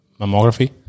mammography